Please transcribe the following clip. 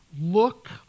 look